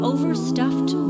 Overstuffed